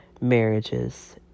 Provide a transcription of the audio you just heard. marriages